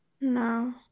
No